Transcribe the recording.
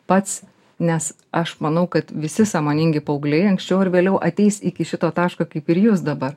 pats nes aš manau kad visi sąmoningi paaugliai anksčiau ar vėliau ateis iki šito taško kaip ir jūs dabar